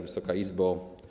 Wysoka Izbo!